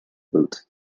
boot